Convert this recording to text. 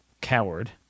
Coward